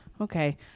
Okay